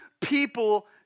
people